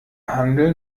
handel